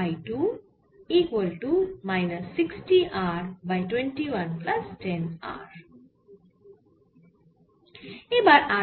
এবার